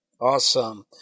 Awesome